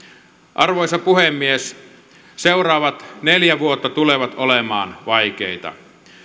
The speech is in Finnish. arvoisa puhemies seuraavat neljä vuotta tulevat olemaan vaikeita